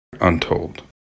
Untold